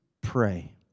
pray